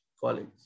college